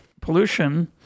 Pollution